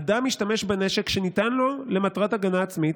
אדם משתמש בנשק שניתן לו למטרת הגנה עצמית,